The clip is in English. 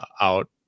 out